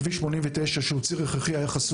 כביש 89, שהוא ציר הכרחי, היה חסום.